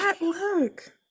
look